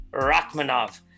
Rachmanov